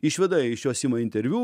išveda iš jos ima interviu